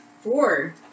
Four